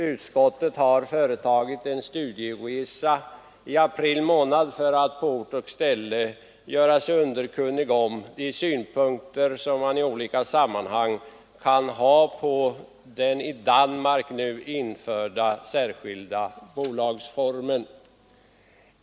Utskottet företog i april en studieresa till Danmark för att på ort och ställe göra sig underkunnigt om de synpunkter som man i olika sammanhang kan ha på denna särskilda bolagsform.